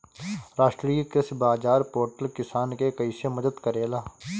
राष्ट्रीय कृषि बाजार पोर्टल किसान के कइसे मदद करेला?